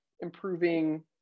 improving